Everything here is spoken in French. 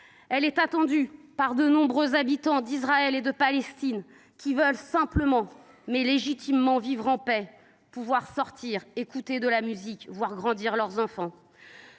elle est attendue par de nombreux habitants d’Israël et de Palestine, qui veulent simplement, légitimement, vivre en paix, pouvoir sortir, écouter de la musique, voir grandir leurs enfants.